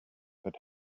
that